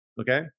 Okay